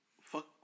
fuck